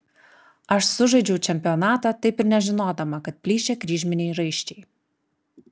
aš sužaidžiau čempionatą taip ir nežinodama kad plyšę kryžminiai raiščiai